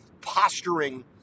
posturing